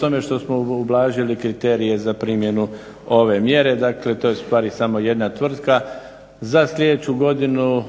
tome što smo ublažili kriterije za primjenu ove mjere. Dakle, to je ustvari samo jedna tvrtka. Za sljedeću godinu